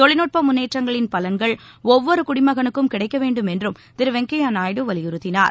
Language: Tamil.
தொழில்நுட்ப முன்னேற்றங்களின் பலன்கள் ஒவ்வொரு குடிமகனுக்கும் கிடைக்க வேண்டும் என்றும் திரு வெங்கையா நாயுடு வலியுறுத்தினார்